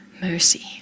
mercy